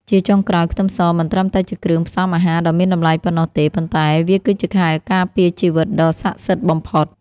ជាចុងក្រោយខ្ទឹមសមិនត្រឹមតែជាគ្រឿងផ្សំអាហារដ៏មានតម្លៃប៉ុណ្ណោះទេប៉ុន្តែវាគឺជាខែលការពារជីវិតដ៏ស័ក្តិសិទ្ធិបំផុត។